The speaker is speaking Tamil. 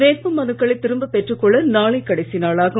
வேட்புமனுக்களை திரும்ப பெற்றுக் கொள்ள நாளை கடைசி நாளாகும்